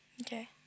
okay